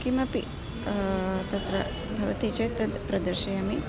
किमपि तत्र भवति चेत् तद् प्रदर्शयामि